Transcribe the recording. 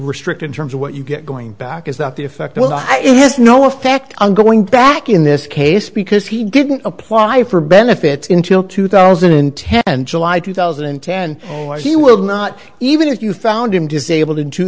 restrict in terms of what you get going back is not the effect it has no effect on going back in this case because he didn't apply for benefits until two thousand and ten and july two thousand and ten he will not even if you found him disabled in two